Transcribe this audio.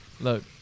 Look